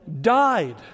died